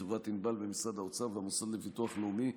חברת ענבל במשרד האוצר והמוסד לביטוח לאומי,